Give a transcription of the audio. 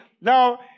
now